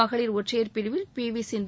மகளிர் ஒற்றையர் பிரிவில் பி வி சிந்து